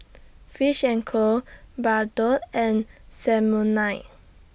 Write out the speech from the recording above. Fish and Co Bardot and Samsonite